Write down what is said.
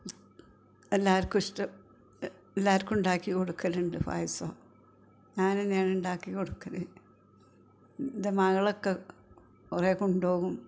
എല്ലാവർക്കും എല്ലാവർക്കും ഉണ്ടാക്കി കൊടുക്കലുണ്ട് പായസം ഞാൻ തന്നെയാണ് ഉണ്ടാക്കിക്കൊടുക്കൽ എൻ്റെ മകളൊക്കെ കുറേ കൊണ്ടുപോകും